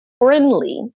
friendly